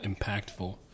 impactful